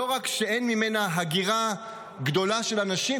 לא רק שאין ממנה הגירה גדולה של אנשים,